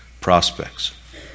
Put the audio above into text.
prospects